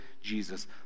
Jesus